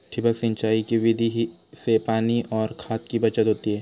ठिबक सिंचाई की विधि से पानी और खाद की बचत होती है